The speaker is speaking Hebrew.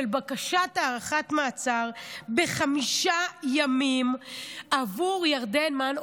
בקשת הארכת מעצר בחמישה ימים עבור ירדן מן,